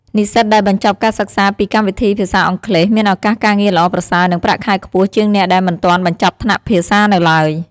និស្សិតដែលបញ្ចប់ការសិក្សាពីកម្មវិធីភាសាអង់គ្លេសមានឱកាសការងារល្អប្រសើរ និងប្រាក់ខែខ្ពស់ជាងអ្នកដែលមិនទាន់បញ្ចប់ថ្នាក់ភាសានៅទ្បើយ។